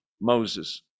Moses